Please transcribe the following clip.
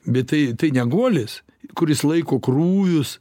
bet tai tai ne guolis kuris laiko krūvius